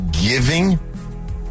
giving